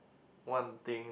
one thing